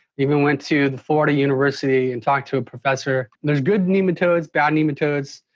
even went to the florida university and talked to a professor. there's good nematodes, bad nematodes,